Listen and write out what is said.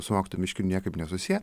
su mokytoju miškiniu niekaip nesusiję